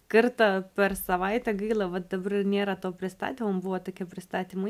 kartą per savaitę gaila va dabar nėra to pristatymo man buvo tokie pristatymai